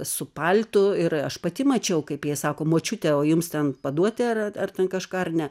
su paltu ir aš pati mačiau kaip jie sako močiute o jums ten paduoti ar ar ten kažką ar ne